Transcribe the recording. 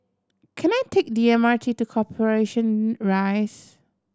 can I take the M R T to Corporation Rise